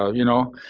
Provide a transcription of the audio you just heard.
ah you know.